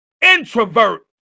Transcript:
introvert